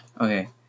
Okay